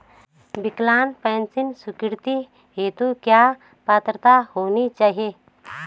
विकलांग पेंशन स्वीकृति हेतु क्या पात्रता होनी चाहिये?